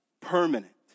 permanent